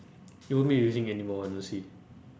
you won't be using anymore honestly